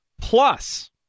Plus